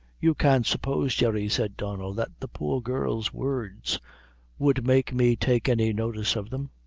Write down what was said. you can't suppose, jerry, said donnel, that the poor girl's words would make me take any notice of them.